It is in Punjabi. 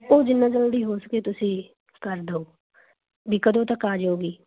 ਉਹ ਜਿੰਨਾ ਜਲਦੀ ਹੋ ਸਕੇ ਤੁਸੀਂ ਕਰ ਦਿਓ ਵੀ ਕਦੋਂ ਤੱਕ ਆ ਜੂਗੀ